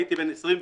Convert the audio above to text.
כאשר הייתי בן 28,